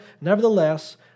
Nevertheless